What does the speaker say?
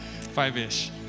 Five-ish